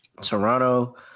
Toronto